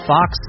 Fox